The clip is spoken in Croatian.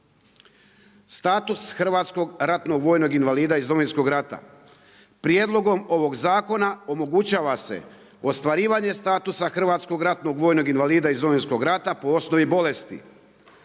Status hrvatskog ratnog vojnog invalida iz domovinskog rata, prijedlogom ovog zakona, omogućava se ostvarivanje status hrvatskog ratnog invalida iz Domovinskog rata po osnovi bolesti.